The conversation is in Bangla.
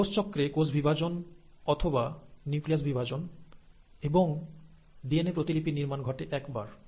একটি কোষচক্রে কোষ বিভাজন অথবা নিউক্লিয়াস বিভাজন এবং ডিএনএ প্রতিলিপি নির্মাণ ঘটে একবার